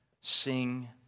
Sing